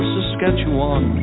Saskatchewan